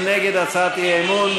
מי נגד הצעת האי-אמון?